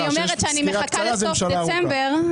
אני מחכה לסוף דצמבר,